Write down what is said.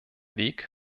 weg